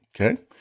Okay